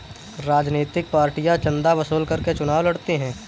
राजनीतिक पार्टियां चंदा वसूल करके चुनाव लड़ती हैं